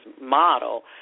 model